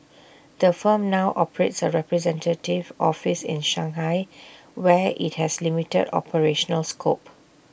the firm now operates A representative office in Shanghai where IT has limited operational scope